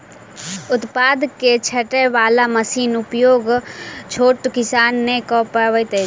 उत्पाद के छाँटय बाला मशीनक उपयोग छोट किसान नै कअ पबैत अछि